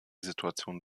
situation